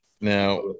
now